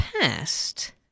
Past